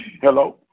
Hello